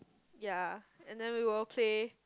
ya and then we will play